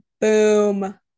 Boom